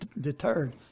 deterred